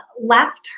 left